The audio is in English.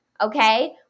okay